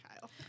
Kyle